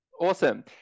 Awesome